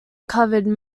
covered